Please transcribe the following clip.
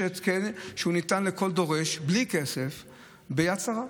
יש התקן שניתן לכל דורש בלי כסף ביד שרה,